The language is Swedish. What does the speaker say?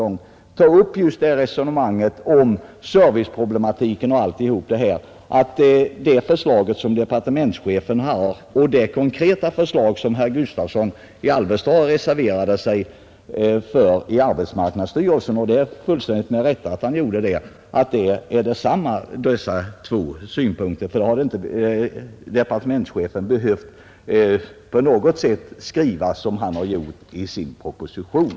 Men när det gäller resonemanget om serviceproblematiken och allt detta kan jag inte se att departementschefens förslag och det konkreta förslag som herr Gustavsson i Alvesta — med all rätt — reserverade sig för i arbetsmarknadsstyrelsen innehåller samma synpunkter. Då hade inte departementschefen behövt skriva som han har gjort i sin proposition.